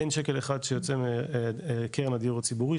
אין שקל אחד שיוצא מקרן הדיור הציבורי,